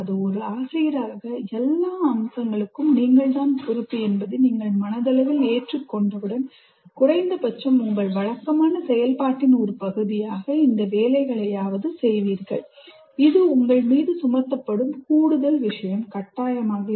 ஒரு ஆசிரியராக எல்லா அம்சங்களுக்கும் நீங்கள் தான் பொறுப்பு என்பதை நீங்கள் மனதளவில் ஏற்றுக்கொண்டவுடன் குறைந்தபட்சம் உங்கள் வழக்கமான செயல்பாட்டின் ஒரு பகுதியாக இந்த வேலைகளையாவது செய்வீர்கள் இது உங்கள் மீது சுமத்தப்படும் கூடுதல் விஷயம் அல்ல